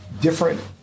different